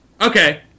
Okay